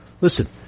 Listen